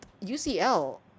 UCL